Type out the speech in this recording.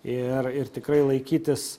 ir ir tikrai laikytis